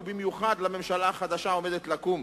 ובמיוחד לממשלה החדשה העומדת לקום,